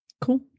Cool